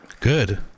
good